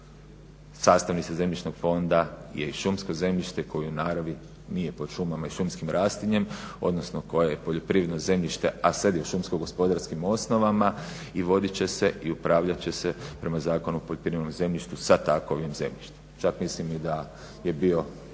sastavnica zemljišnog fonda je i šumsko zemljište koje u naravi nije pod šumama i šumskim raslinjem, odnosno koje je poljoprivredno zemljište a sad je šumsko gospodarskim osnovama i vodit će se i upravljat će se prema Zakonu o poljoprivrednom zemljištu sa takvim zemljištem. Čak mislim i da je bilo